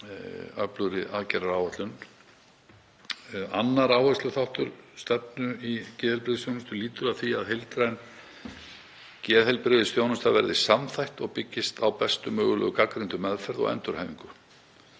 með öflugri aðgerðaáætlun. Annar áhersluþáttur stefnu í geðheilbrigðisþjónustu lýtur að því að heildræn geðheilbrigðisþjónusta verði samþætt og byggist á bestu mögulegu gagnrýeyndu meðferð og endurhæfingu